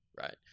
right